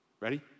Ready